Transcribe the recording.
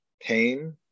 pain